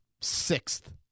sixth